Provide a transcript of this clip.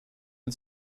den